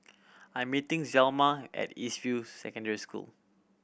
I am meeting Zelma at East View Secondary School